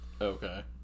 okay